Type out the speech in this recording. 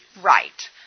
Right